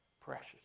precious